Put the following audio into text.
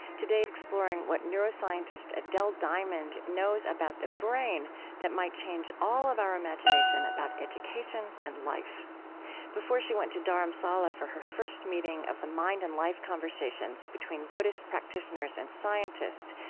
today exploring what neuroscientist adele diamond knows about the brain that might change all of our imagination about education and life before she went to dharamsala for her first meeting of the mind and life conversations between buddhist practitioners and scientists,